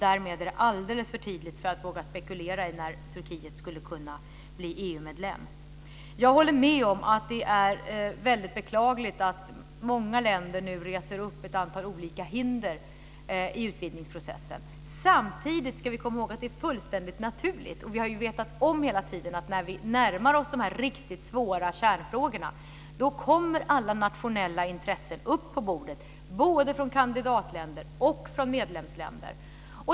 Därmed är det alldeles för tidigt för att våga spekulera i när Turkiet skulle kunna bli EU-medlem. Jag håller med om att det är beklagligt att många länder nu reser upp ett antal olika hinder i utvidgningsprocessen. Samtidigt ska vi komma ihåg att det är fullständigt naturligt. Vi har ju hela tiden vetat om att när vi närmar oss de riktigt svåra kärnfrågorna så kommer alla nationella intressen upp på bordet - både från kandidatländer och från medlemsländer.